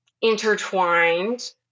intertwined